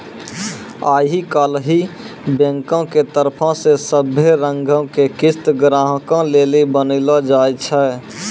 आई काल्हि बैंको के तरफो से सभै रंगो के किस्त ग्राहको लेली बनैलो जाय छै